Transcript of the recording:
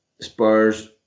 Spurs